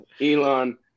Elon